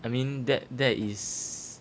I mean that that is